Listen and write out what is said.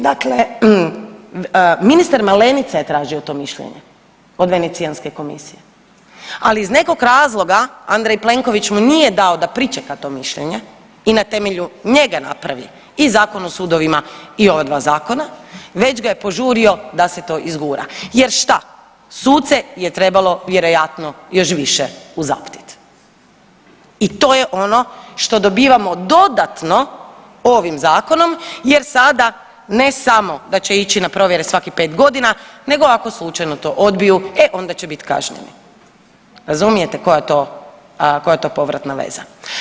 Dakle, ministar Malenica je tražio to mišljenje od Venecijanske komisije, ali iz nekog razloga Andrej Plenković mu nije dao da pričeka to mišljenje i na temelju njega napravi i Zakon o sudovima i ova dva zakona već ga je požurio da se to izgura jer šta, suce je trebalo vjerojatno još više uzaoptit i to je ono što dobivamo dodatno ovim zakonom jer sada ne samo da će ići na provjere svakih 5.g. nego ako slučajno to odbiju, e onda će bit kažnjeni, razumijete koja je to, koja je to povratna veza.